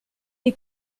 les